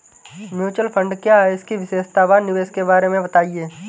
Mutual fund क्या है इसकी विशेषता व निवेश के बारे में बताइये?